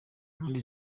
muri